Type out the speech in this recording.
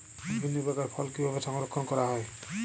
বিভিন্ন প্রকার ফল কিভাবে সংরক্ষণ করা হয়?